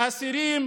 אסירים